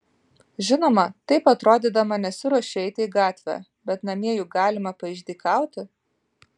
žinoma taip atrodydama nesiruošiu eiti į gatvę bet namie juk galima paišdykauti